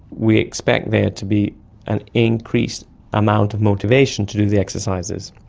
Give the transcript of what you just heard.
we expect there to be an increased amount of motivation to do the exercises.